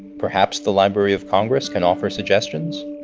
perhaps the library of congress can offer suggestions